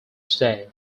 today